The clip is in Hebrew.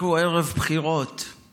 אנחנו ערב בחירות,